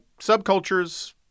subcultures